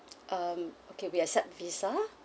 um okay we accept visa